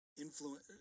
influence